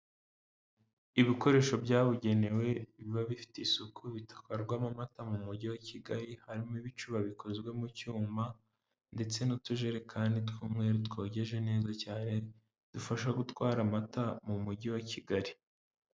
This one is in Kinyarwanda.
Ibikoresho byabugenewe biba bifite isuku bitwarwamo amata mu mujyi wa Kigali harimo ibicuba bikozwe mu cyuma ndetse n'utujerekani tw'umweru twogeje neza cyane dufasha gutwara amata mu mujyi wa Kigali.